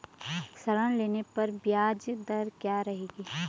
ऋण लेने पर ब्याज दर क्या रहेगी?